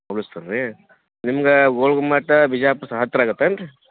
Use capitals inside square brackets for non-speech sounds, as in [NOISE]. [UNINTELLIGIBLE] ನಿಮ್ಗೆ ಗೋಳಗುಮ್ಮಟ ಬಿಜಾಪುರ ಹತ್ತಿರ ಆಗತ್ತೇನ್ ರೀ